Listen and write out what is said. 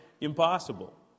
impossible